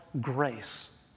grace